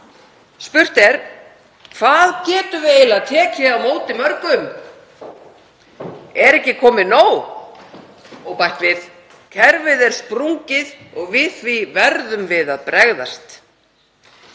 Spurt er: Hvað getum við eiginlega tekið á móti mörgum, er ekki komið nóg? Og bætt við: Kerfið er sprungið og við því verðum við að bregðast.